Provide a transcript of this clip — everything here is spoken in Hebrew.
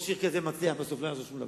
ראש עיר כזה מצליח בסוף, לא יעזור שום דבר.